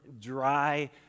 dry